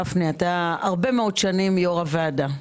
גפני אתה הרבה מאוד שנים יו"ר הוועדה.